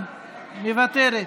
מוותרת,